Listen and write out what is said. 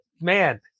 Man